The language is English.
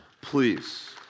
Please